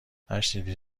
نشنیدی